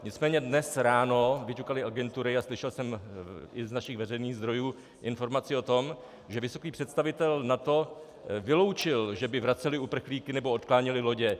Nicméně dnes ráno vyťukaly agentury, a slyšel jsem i z našich veřejných zdrojů, informaci o tom, že vysoký představitel NATO vyloučil, že by vraceli uprchlíky nebo odkláněli lodě.